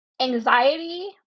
anxiety